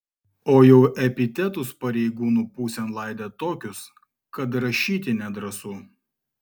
o jau epitetus pareigūnų pusėn laidė tokius kad rašyti nedrąsu